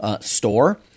store